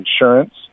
insurance